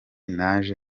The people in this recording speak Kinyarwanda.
naje